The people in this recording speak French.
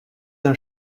d’un